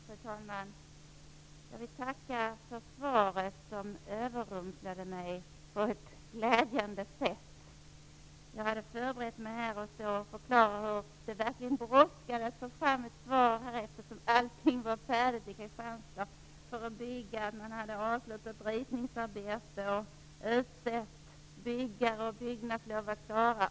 Fru talman! Jag vill tacka utbildningsministern för svaret som överrumplade mig på ett glädjande sätt. Jag hade förberett mig för att förklara varför det verkligen brådskade att få fram ett svar. Allt är klart i Kristianstad för att man skall kunna sätta i gång och bygga. Man har avslutat ritningsarbetet och utsett byggare. Byggnadslovet är klart.